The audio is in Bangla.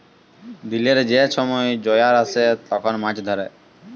দিলের যে ছময় জয়ার আসে তখল মাছ ধ্যরে